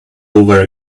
over